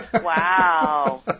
Wow